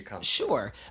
sure